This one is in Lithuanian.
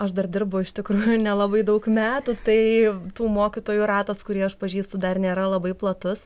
aš dar dirbu iš tikrųjų nelabai daug metų tai tų mokytojų ratas kurį aš pažįstu dar nėra labai platus